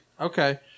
Okay